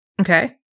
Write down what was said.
Okay